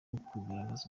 kugaragaza